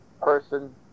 person